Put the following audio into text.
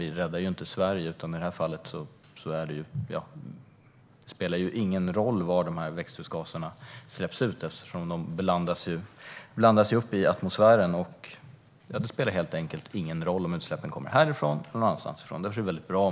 Vi räddar ju inte Sverige, utan det spelar ingen roll var växthusgaserna släpps ut eftersom de blandas upp i atmosfären. Det spelar helt enkelt ingen roll om utsläppen kommer härifrån eller någon annanstans ifrån.